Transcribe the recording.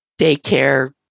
daycare